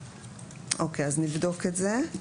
אוקיי, אז נבדוק את זה,